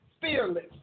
fearless